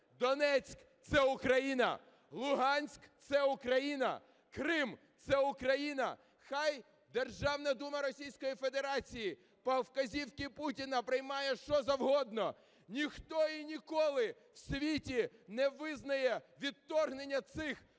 Донецьк – це Україна, Луганськ – це Україна, Крим – це Україна. Хай Державна Дума Російської Федерації по вказівці Путіна приймає що завгодно, ніхто і ніколи в світі не визнає відторгнення цих